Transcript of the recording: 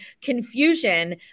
confusion